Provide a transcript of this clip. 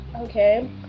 okay